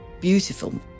Beautiful